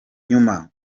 nyuma